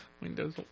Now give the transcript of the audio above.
windows